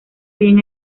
bien